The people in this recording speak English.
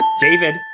David